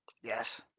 Yes